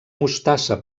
mostassa